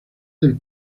del